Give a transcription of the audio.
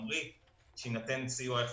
חשוב שיינתן סיוע איפה